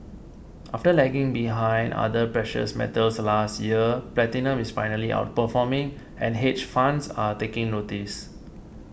after lagging behind other precious metals last year platinum is finally outperforming and hedge funds are taking notice